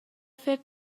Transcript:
فکر